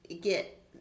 get